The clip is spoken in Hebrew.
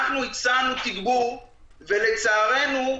הצענו תגבור ולצערנו,